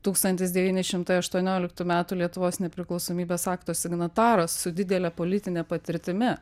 tūkstantis devyni šimtai aštuonioliktų metų lietuvos nepriklausomybės akto signataras su didele politine patirtimi